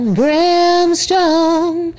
brimstone